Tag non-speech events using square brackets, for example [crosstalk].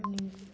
[unintelligible]